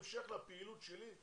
זה המשך לפעילות שלי,